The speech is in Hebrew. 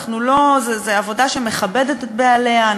זו עבודה שמכבדת את בעליה.